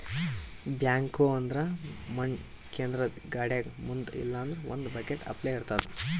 backhoe ಅಂದ್ರ ಮಣ್ಣ್ ಕೇದ್ರದ್ದ್ ಗಾಡಿಗ್ ಮುಂದ್ ಇಲ್ಲಂದ್ರ ಒಂದ್ ಬಕೆಟ್ ಅಪ್ಲೆ ಇರ್ತದ್